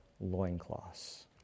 loincloths